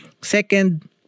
Second